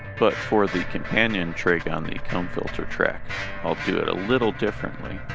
but for the companion trig on the comb filter track i'll do it a little differently